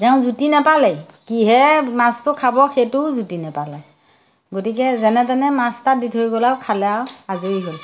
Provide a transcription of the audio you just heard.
তেওঁ জুতি নেপালেই কিহেৰে মাছটো খাব সেইটোও জুতি নেপালে গতিকে যেনে তেনে মাছ তাত দি থৈ গ'লেও খালে আৰু আজৰি হ'ল